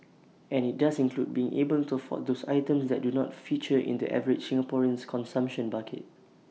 and IT does include being able to afford those items that do not feature in the average Singaporean's consumption basket